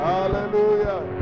Hallelujah